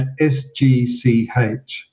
SGCH